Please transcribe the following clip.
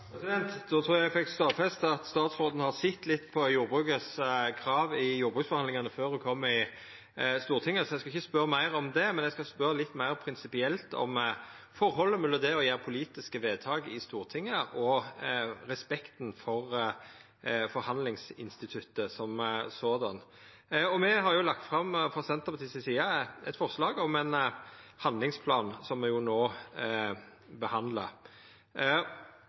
Då trur eg at eg fekk stadfesta at statsråden har sett litt på jordbrukets krav i jordbruksforhandlingane før ho kom i Stortinget, så eg skal ikkje spørja meir om det, men eg skal spørja litt meir prinsipielt om forholdet mellom det å gjera politiske vedtak i Stortinget og respekten for forhandlingsinstituttet i seg sjølv. Me har jo frå Senterpartiets side lagt fram eit forslag om ein handlingsplan, som me no behandlar,